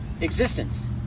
existence